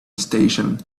station